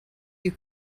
you